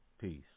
Peace